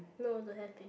no don't have eh